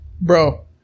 Bro